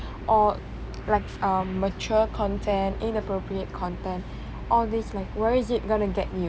or like um mature content inappropriate content all these like where is it gonna get you